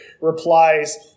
replies